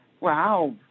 Wow